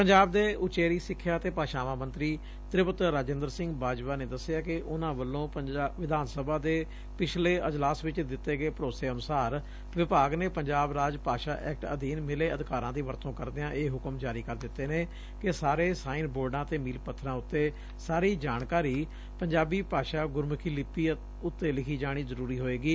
ਪੰਜਾਬ ਦੇ ਉਚੇਰੀ ਸਿੱਖਿਆ ਅਤੇ ਭਾਸ਼ਾਵਾਂ ਮੰਤਰੀ ਤ੍ਕਿਪਤ ਰਜਿੰਦਰ ਸਿੰਘ ਬਾਜਵਾ ਨੇ ਦੱਸਿਆ ਕਿ ਉਨੂਾਂ ਵੱਲੋਂ ਵਿਧਾਨ ਸਭਾ ਦੇ ਪਿਛਲੇ ਅਜਲਾਸ ਵਿਚ ਦਿੱਤੇ ਗਏ ਭਰੋਸੇ ਅਨੁਸਾਰ ਵਿਭਾਗ ਨੇ ਪੰਜਾਬ ਰਾਜ ਭਾਸ਼ਾ ਐਕਟ ਅਧੀਨ ਮਿਲੇ ਅਧਿਕਾਰਾਂ ਦੀ ਵਰਤੋਂ ਕਰਦਿਆਂ ਇਹ ਹੁਕਮ ਜਾਰੀ ਕਰ ਦਿੱਤੇ ਨੇ ਕਿ ਸਾਰੇ ਸਾਈਨ ਬੋਰਡਾਂ ਅਤੇ ਮੀਲ ਪੱਬਰਾਂ ਉਂਤੇ ਸਾਰੀ ਜਾਣਕਾਰੀ ਪੰਜਾਬੀ ਭਾਸ਼ਾ ਗੁਰਮੁਖੀ ਲਿਪੀ ਉਂਤੇ ਲਿਖੀ ਜਾਣੀ ਜਰੁਰੀ ਹੋਵੇਗੀ